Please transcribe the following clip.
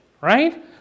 right